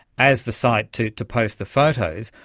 as the site to to post the photos.